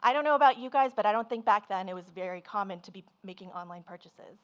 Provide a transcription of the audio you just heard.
i don't know about you guys, but i don't think back then it was very common to be making online purchases.